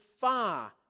far